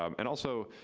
um and also,